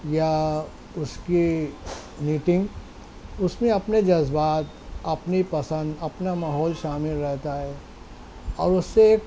یا اس کی نیٹنگ اس میں اپنے جذبات اپنی پسند اپنا ماحول شامل رہتا ہے اور اس سے ایک